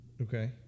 okay